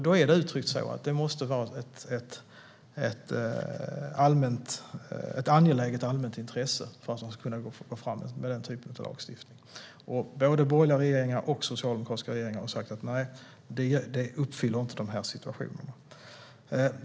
Då är det uttryckt så att det måste vara ett angeläget allmänt intresse för att man ska kunna gå framåt med den typen av lagstiftning. Både borgerliga regeringar och socialdemokratiska regeringar har sagt att nej, detta uppfylls inte i de här situationerna.